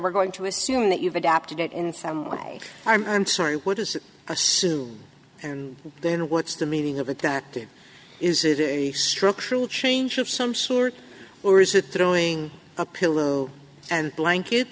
we're going to assume that you've adapted it in some way i'm sorry what is a suit and then what's the meeting of the team is it a structural change of some sort or is it thrilling a pillow and blanket